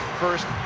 first